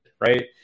right